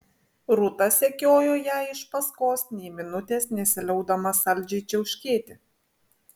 rūta sekiojo jai iš paskos nė minutės nesiliaudama saldžiai čiauškėti